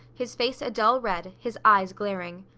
his face a dull red, his eyes glaring.